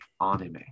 anime